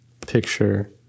picture